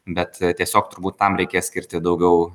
bet tiesiog turbūt tam reikės skirti daugiau